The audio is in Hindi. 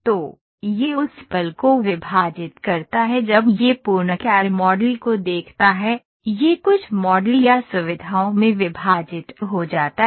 तो यह उस पल को विभाजित करता है जब यह पूर्ण कैड़ मॉडल को देखता है यह कुछ मॉडल या सुविधाओं में विभाजित हो जाता है